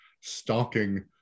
stalking